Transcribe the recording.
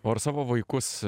o ar savo vaikus